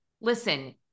listen